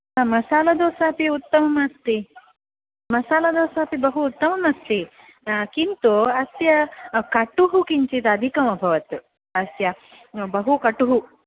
मसाला दोसा अपि उत्तमम् अस्ति मसाला दोसा अपि बहु उत्तमम् अस्ति किन्तु अस्य कटुः किञ्चित् अधिकम् अभवत् अस्य बहु कटुः